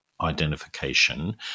identification